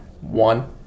one